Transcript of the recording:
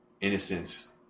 Innocence